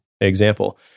example